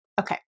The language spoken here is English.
Okay